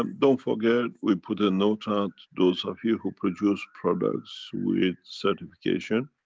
um don't forget we put a note out those of you who produce products with certification